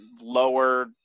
lower